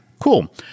Cool